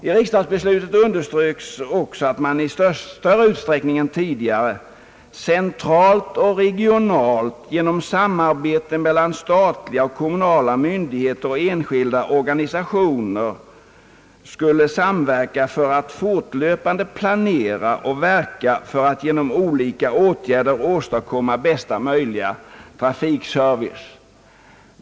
I riksdagsbeslutet underströks också, att man i större utsträckning än tidigare centralt och regionalt genom samarbete mellan statliga och kommunala myndigheter och enskilda organisationer skulle samverka för att fortlöpande planera och verka för att genom olika åtgärder åstadkomma bästa möjliga trafikservice.